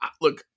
Look